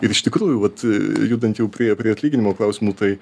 ir iš tikrųjų vat judant jau prie prie atlyginimo klausimo tai